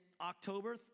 October